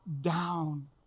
down